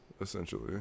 essentially